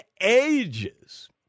ages